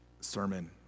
sermon